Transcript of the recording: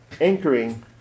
anchoring